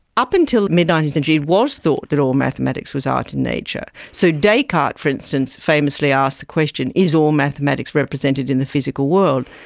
up until the mid nineteenth century it was thought that all mathematics was art in nature. so descartes for instance famously asked the question is all mathematics represented in the physical world?